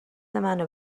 منو